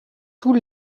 tous